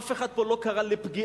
אף אחד פה לא קרא לפגיעה.